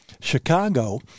Chicago